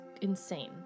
insane